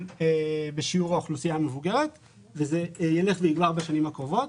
בשיעור האוכלוסייה המבוגרת וזה ילך ויגבר בשנים הקרובות.